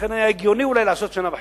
לכן היה הגיוני אולי לעשות שנה וחצי.